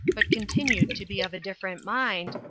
but continued to be of a different mind,